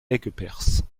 aigueperse